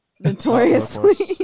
Notoriously